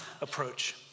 approach